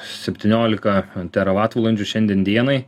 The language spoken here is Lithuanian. septyniolika teravatvalandžių šiandien dienai